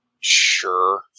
Sure